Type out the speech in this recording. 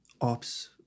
ops